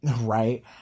right